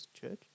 church